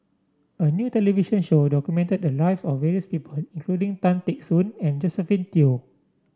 a new television show documented the lives of various people including Tan Teck Soon and Josephine Teo